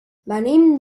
venim